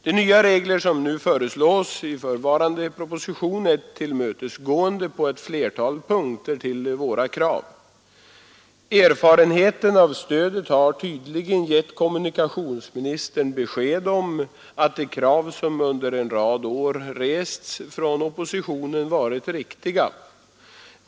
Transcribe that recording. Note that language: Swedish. De nya regler som nu föreslås i föreliggande proposition är på ett flertal punkter ett tillmötesgående av våra krav. Erfarenheten av stödet har tydligen gett kommunikationsministern besked om att de krav som under en rad år rests från oppositionen varit riktiga.